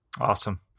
Awesome